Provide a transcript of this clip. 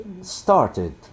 started